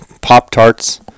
Pop-Tarts